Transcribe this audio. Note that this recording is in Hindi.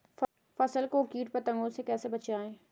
फसल को कीट पतंगों से कैसे बचाएं?